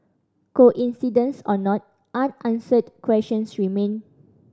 coincidence or not unanswered questions remain